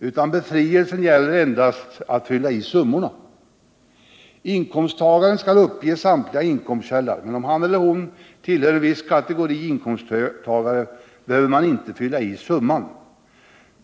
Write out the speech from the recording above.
utan betrielsen gäller endast ifyllandet av summorna. Inkomsttagaren skall uppge samtliga inkomstkällor, men om man tillhör en viss kategori inkomsttagare behöver man inte fylla i summorna.